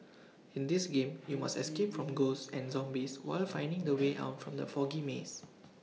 in this game you must escape from ghosts and zombies while finding the way out from the foggy maze